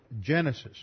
Genesis